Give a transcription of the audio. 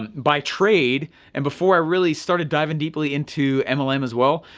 by trade and before i really started diving deeply into and mlm as well,